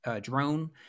drone